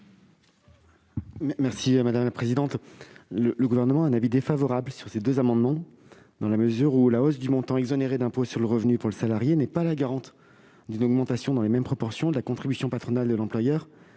l'avis du Gouvernement ? Le Gouvernement émet un avis défavorable sur ces deux amendements, dans la mesure où la hausse du montant exonéré d'impôt sur le revenu pour le salarié ne garantit pas une augmentation, dans les mêmes proportions, de la contribution patronale de l'employeur,